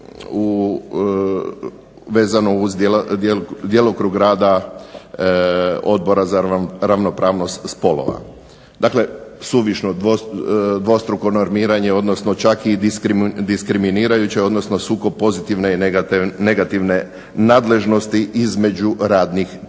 vezano uz djelokrug rada Odbora za ravnopravnost spolova. Dakle, suvišno dvostruko normiranje, odnosno čak i diskriminirajuće, odnosno sukob pozitivne i negativne nadležnosti između radnih tijela.